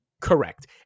Correct